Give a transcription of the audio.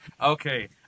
Okay